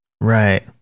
Right